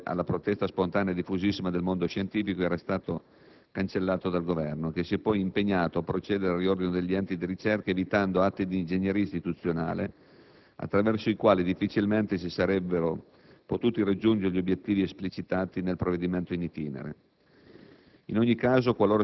che, di fronte alla protesta spontanea e diffusissima del mondo scientifico, era stato cancellato dal Governo che si è poi impegnato a procedere al riordino degli enti di ricerca evitando atti di ingegneria istituzionale, attraverso i quali difficilmente si sarebbero potuti raggiungere gli obiettivi esplicitati nel provvedimento *in* *itinere*.